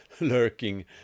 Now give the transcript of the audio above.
lurking